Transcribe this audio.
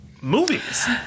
movies